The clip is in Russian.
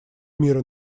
мира